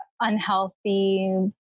unhealthy